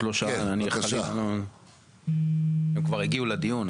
הם כבר הגיעו לדיון.